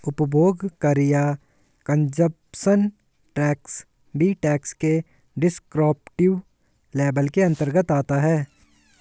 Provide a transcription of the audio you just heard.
उपभोग कर या कंजप्शन टैक्स भी टैक्स के डिस्क्रिप्टिव लेबल के अंतर्गत आता है